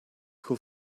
who